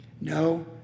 No